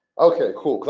okay, cool.